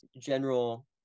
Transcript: general